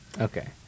Okay